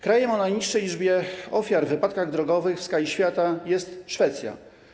Krajem o najniższej liczbie ofiar w wypadkach drogowych w skali świata jest Szwecja.